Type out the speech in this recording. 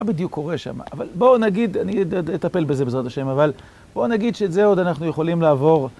מה בדיוק קורה שם? אבל בואו נגיד, אני אטפל בזה בעזרת השם, אבל בואו נגיד שאת זה עוד אנחנו יכולים לעבור